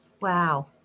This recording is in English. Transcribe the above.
Wow